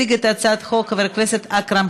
הצעת חוק בנימין זאב הרצל (הנצחת זכרו ופועלו)